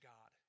God